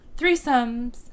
threesomes